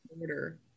order